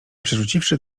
przerzuciwszy